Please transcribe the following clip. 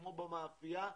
כמו במאפייה,